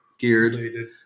geared